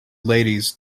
ladies